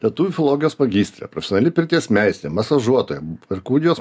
lietuvių filologijos magistrė profesionali pirties meistrė masažuotoja perkūnijos